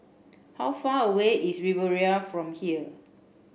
how far away is Riviera from here